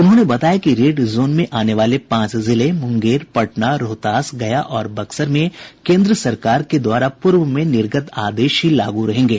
उन्होंने बताया कि रेड जोन में आने वाले पांच जिले मुंगेर पटना रोहतास गया और बक्सर में केन्द्र सरकार के द्वारा पूर्व में निर्गत आदेश ही लागू रहेंगे